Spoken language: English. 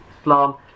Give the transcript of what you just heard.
Islam